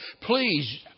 Please